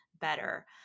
better